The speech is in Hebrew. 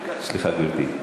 סליחה, גברתי.